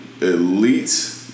elite